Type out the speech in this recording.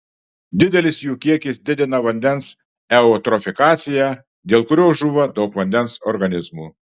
didelis jų kiekis didina vandens eutrofikaciją dėl kurios žūva daug vandens organizmų